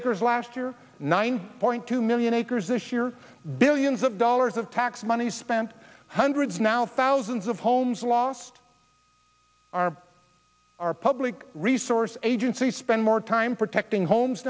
acres last year nine point two million acres this year billions of dollars of tax money is spent hundreds now thousands of homes lost are our public resource agencies spend more time protecting homes